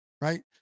right